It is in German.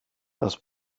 das